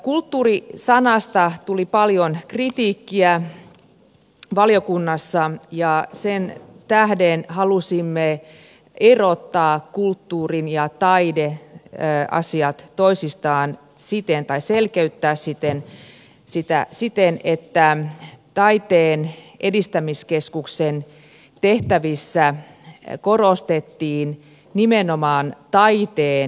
kulttuuri sanasta tuli paljon kritiikkiä valiokunnassa ja sen tähden halusimme kulttuurin ja taide elää asiat toisistaan siipien tai taideasiat selkeyttää siten että taiteen edistämiskeskuksen tehtävissä korostettiin nimenomaan taiteen edistämistä